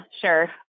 sure